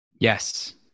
Yes